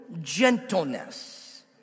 gentleness